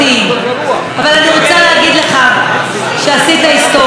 אבל אני רוצה להגיד לך שעשית היסטוריה,